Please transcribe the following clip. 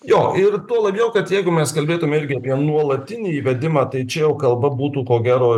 jo ir tuo labiau kad jeigu mes kalbėtume irgi apie nuolatinį įvedimą tai čia jau kalba būtų ko gero